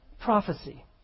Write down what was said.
prophecy